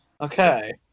Okay